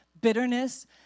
bitterness